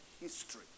history